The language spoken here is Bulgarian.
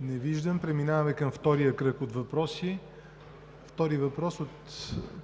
Не виждам. Преминаваме към втория кръг от въпроси. Втори въпрос от